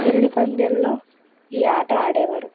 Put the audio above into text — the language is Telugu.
పెళ్లి పందిరిలో ఈ ఆట ఆడేవారు